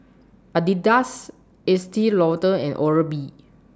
Adidas Estee Lauder and Oral B